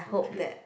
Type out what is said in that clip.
okay